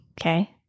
Okay